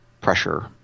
pressure